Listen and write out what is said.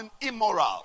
immoral